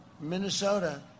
Minnesota